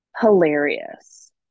hilarious